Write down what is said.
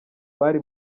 bari